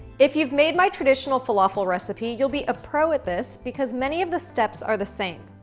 if you've made my traditional falafel recipe, you'll be a pro at this because many of the steps are the same.